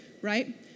right